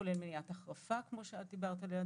כולל מניעת החרפה כמו שאת דיברת עליה,